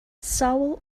sewell